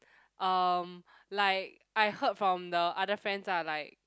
um like I heard from the other friends lah like